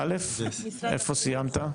קלאודיה.